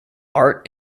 art